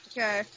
Okay